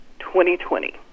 2020